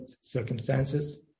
circumstances